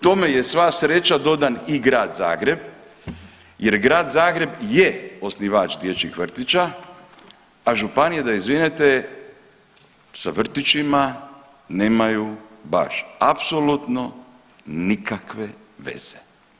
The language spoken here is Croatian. Tome je sva sreća dodan i Grad Zagreb jer Grad Zagreb je osnivač dječjih vrtića, a županije da izvinete sa vrtićima nemaju baš apsolutno nikakve veze.